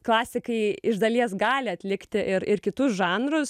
klasikai iš dalies gali atlikti ir ir kitus žanrus